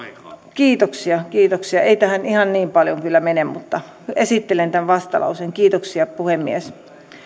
kiitoksia kiitoksia ei tähän ihan niin paljon kyllä mene mutta esittelen tämän vastalauseen kiitoksia puhemies